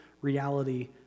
reality